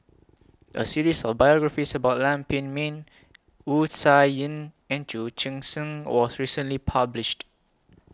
A series of biographies about Lam Pin Min Wu Tsai Yen and Chu Chee Seng was recently published